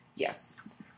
Yes